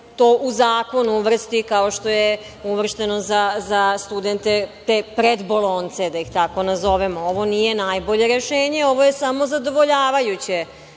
to u zakon uvrsti, kao što je uvršteno za studente predbolonjce, da ih tako nazovemo. Ovo ni je najbolje rešenje, ovo je samo zadovoljavajuće